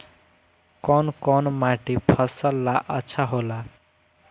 कौन कौनमाटी फसल ला अच्छा होला?